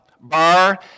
bar